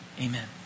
Amen